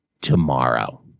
tomorrow